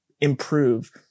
improve